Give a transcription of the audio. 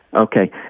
Okay